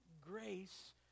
grace